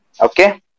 Okay